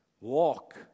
Walk